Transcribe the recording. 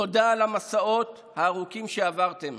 תודה על המסעות הארוכים שעברתם.